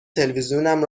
تلویزیونم